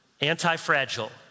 Anti-fragile